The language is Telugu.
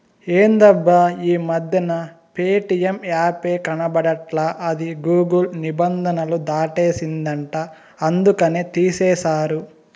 ఎందబ్బా ఈ మధ్యన ప్యేటియం యాపే కనబడట్లా అది గూగుల్ నిబంధనలు దాటేసిందంట అందుకనే తీసేశారు